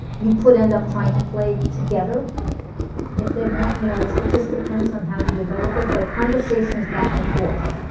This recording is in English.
you could end up trying to play together if they want, you know, it just depends on how you develop it, but a conversation is back and forth